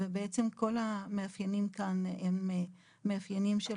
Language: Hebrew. ובעצם כל המאפיינים כאן הם מאפיינים של